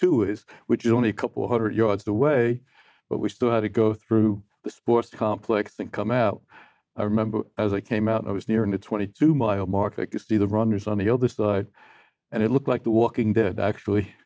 two is which is only a couple hundred yards away but we still had to go through the sports complex and come out i remember as i came out i was nearing the twenty two mile mark i could see the runners on the other side and it looked like the walking dead actually